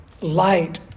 Light